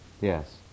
Yes